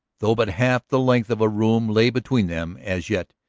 though but half the length of a room lay between them, as yet,